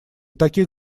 таких